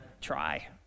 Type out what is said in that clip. try